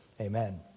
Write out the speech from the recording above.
amen